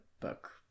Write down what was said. book